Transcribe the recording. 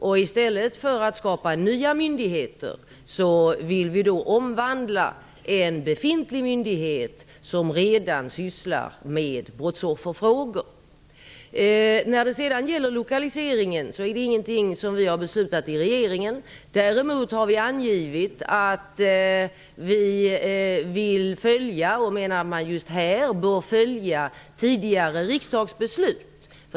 I stället för att skapa nya myndigheter vill vi omvandla en befintlig myndighet som redan sysslar med brottsofferfrågor. Lokaliseringen är ingenting som vi har beslutat om i regeringen. Däremot har vi angivit att man just i denna fråga bör följa tidigare riksdagsbeslut.